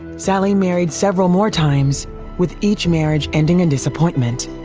sallie married several more times with each marriage ending in disappointment.